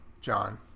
John